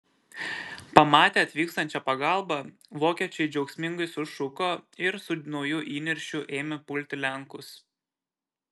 pamatę atvykstančią pagalbą vokiečiai džiaugsmingai sušuko ir su nauju įniršiu ėmė pulti lenkus